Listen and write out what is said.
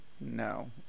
No